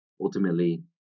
Ultimately